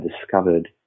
discovered